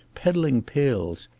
peddling pills.